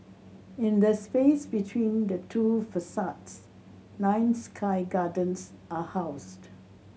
in the space between the two facades nine sky gardens are housed